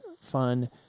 fun